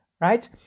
right